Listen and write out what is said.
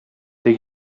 der